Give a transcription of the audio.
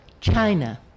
China